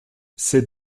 c’est